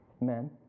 men